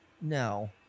no